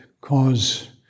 cause